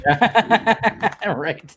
Right